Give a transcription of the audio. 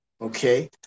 okay